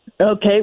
Okay